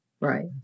Right